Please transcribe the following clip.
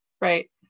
right